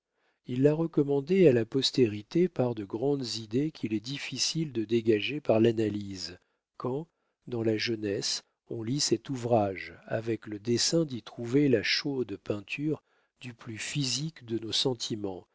il l'a recommandé à la postérité par de grandes idées qu'il est difficile de dégager par l'analyse quand dans la jeunesse on lit cet ouvrage avec le dessein d'y trouver la chaude peinture du plus physique de nos sentiments